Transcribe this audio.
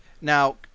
Now